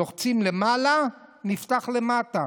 לוחצים למעלה, נפתח למטה.